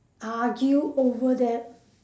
argue over that